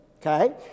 Okay